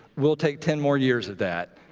we'll take ten more years of that.